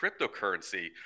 cryptocurrency